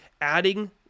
adding